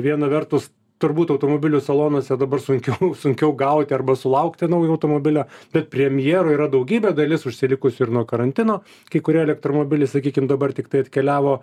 viena vertus turbūt automobilių salonuose dabar sunkiau sunkiau gauti arba sulaukti naujo automobilio bet premjerų yra daugybė dalis užsilikusių ir nuo karantino kai kurie elektromobiliai sakykim dabar tiktai atkeliavo